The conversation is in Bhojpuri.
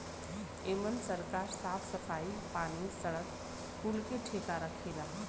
एमन सरकार साफ सफाई, पानी, सड़क कुल के ठेका रखेला